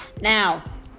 Now